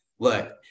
Look